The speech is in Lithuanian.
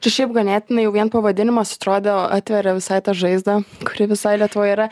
čia šiaip ganėtinai jau vien pavadinimas atrodo atveria visai tą žaizdą kuri visoj lietuvoj yra